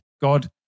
God